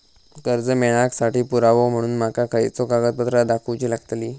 कर्जा मेळाक साठी पुरावो म्हणून माका खयचो कागदपत्र दाखवुची लागतली?